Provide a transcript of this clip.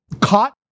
caught